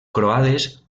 croades